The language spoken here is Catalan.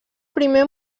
primer